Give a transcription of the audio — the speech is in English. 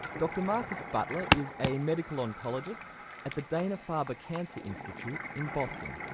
dr marcus butler is a medical oncologist at the dana-farber cancer institute in boston.